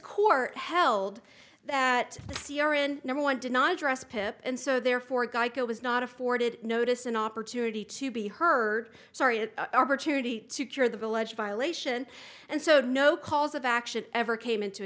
court held that number one did not address pip and so therefore geico was not afforded notice an opportunity to be heard sorry a charity to cure the village violation and so no cause of action ever came into